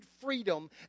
freedom